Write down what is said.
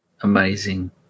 amazing